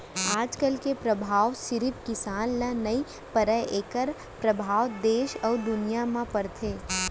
अकाल के परभाव सिरिफ किसान ल नइ परय एखर परभाव देस अउ दुनिया म परथे